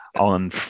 On